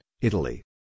Italy